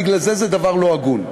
בגלל זה זה דבר לא הגון.